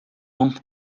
rond